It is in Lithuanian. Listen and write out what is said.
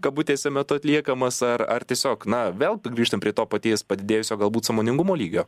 kabutėse metu atliekamas ar ar tiesiog na vėl grįžtam prie to paties padidėjusio galbūt sąmoningumo lygio